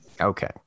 Okay